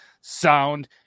sound